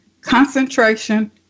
concentration